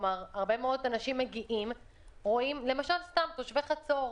למשל בחצור,